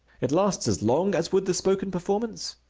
it lasts as long as would the spoken performance,